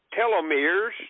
Telomeres